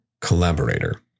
collaborator